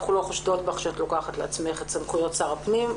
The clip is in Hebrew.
אנחנו לא חושדים בך שאת לוקחת את הסמכויות שר הפנים,